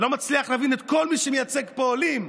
אני לא מצליח להבין את כל מי שמייצג פה עולים.